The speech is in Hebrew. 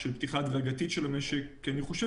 של פתיחה הדרגתית של המשק כי אני חושב